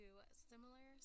similar